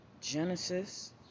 Genesis